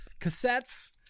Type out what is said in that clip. Cassettes